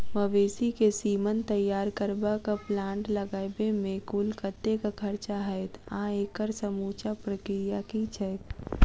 मवेसी केँ सीमन तैयार करबाक प्लांट लगाबै मे कुल कतेक खर्चा हएत आ एकड़ समूचा प्रक्रिया की छैक?